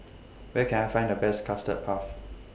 Where Can I Find The Best Custard Puff